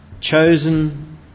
Chosen